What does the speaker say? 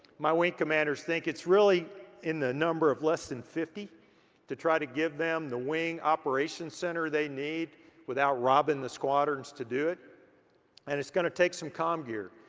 my wing commanders think it's really in the number of less than fifty to try to give them the wing operations center they need without robbing the squadrons to do it and it's gonna take some com gear.